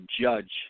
judge